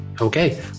Okay